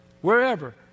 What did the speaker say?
wherever